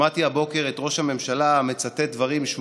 שמעתי הבוקר את ראש הממשלה מצטט דברים שהוא